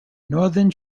northern